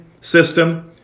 system